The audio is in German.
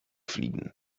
fliegen